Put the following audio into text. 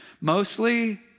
mostly